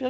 Det